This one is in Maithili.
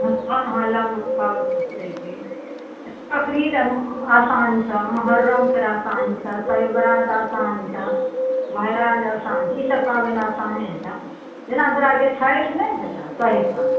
हँ हँ ह लम्बा पाबनि छियै कि बकरीद आसान छै मोहर्रम फेर आसान छै सबेरात आसान छाज आसान छै मैराज आसान छै ईसभ पाबनि आसाने छ जेना तोरा आरके छैठ नहि भेलय सही कऽ